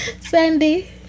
sandy